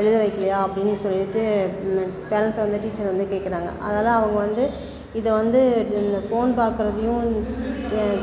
எழுத வைக்கலையா அப்படின்னு சொல்லிட்டு பேரண்ட்ஸை வந்து டீச்சர் வந்து கேக்கிறாங்க அதால அவங்க வந்து இதை வந்து இந்த ஃபோன் பாக்கிறதையும்